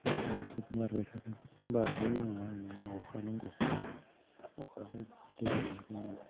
बारसो बारबाय थादों बारखौ नाङा आंनो अखासो नांगौ अखाखौ दै नांगौ